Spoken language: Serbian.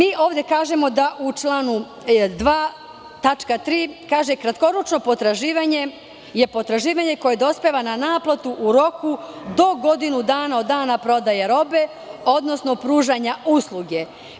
Ovde kažemo da u članu 2. tačka 3) – kratkoročno potraživanje je potraživanje koje dospeva na naplatu u roku do godinu dana od dana prodaje robe, odnosno pružanja usluge.